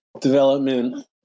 development